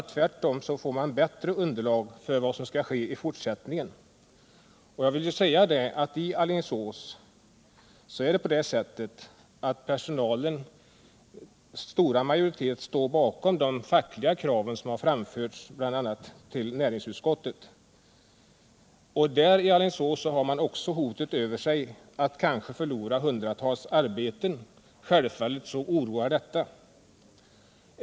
Tvärtom får man bättre underlag för vad som skall ske i fortsättningen. I Alingsås står en stor majoritet bland personalen bakom de fackliga krav som har framförts till bl.a. näringsutskottet. Man har där också hotet över sig att kanske förlora hundratals arbeten, vilket självfallet oroar.